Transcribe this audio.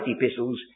epistles